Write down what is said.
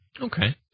Okay